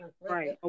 Right